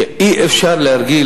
אדוני,